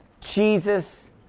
Jesus